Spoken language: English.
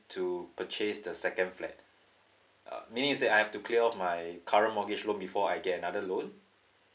to purchase the second flat uh meaning to say I have to clear off my current mortgage loan before I get another loan